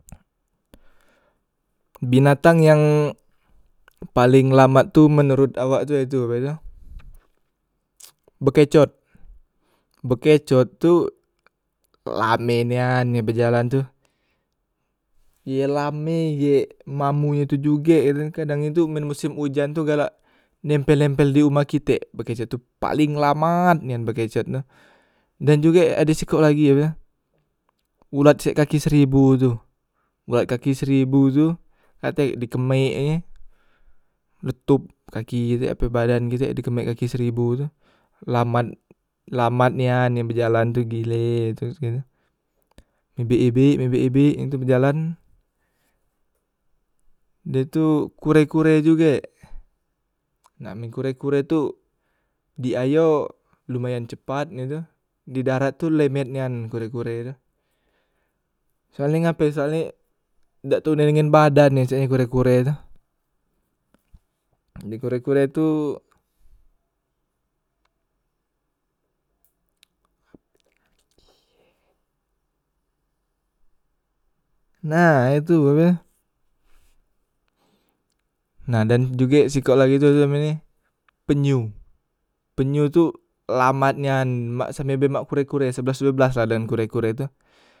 Binatang yang paleng lambat tu menorot awak tu ye tu ape tu bekecot, bekecot tu lame nian nye bejalan tu ye lame ye mambu e tu juge kadang i tu men mosem ujan tu galak nempel- nempel di umah kitek bekecot tu, paleng lamat nian bekecot tu dan jugek ade sikok lagi ulat sek kaki seribu tu, ulat kaki seribu tu atek di kemek e letop kaki kite ape badan kite di kemek kaki seribu tu lamat lamat nian ye bejalan tu gile, ibik- ibik ibik- ibik ye tu bejalan, de tuh kure- kure juge, na men kure- kure tu di ayo lumayan cepat he tu di darat tu lemet nian kure- kure tu, soale ngape soale dak tuna dengan badan e cak e kure- kure tu, ji kure- kure tu nah itu ape nah dan juge sikok lagi tu ape namenye penyu, penyu tu lamat nian mak same be kure- kure sebelas due belas la dengan kure- kure tu.